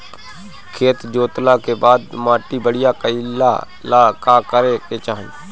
खेत जोतला के बाद माटी बढ़िया कइला ला का करे के चाही?